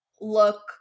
look